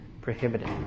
prohibited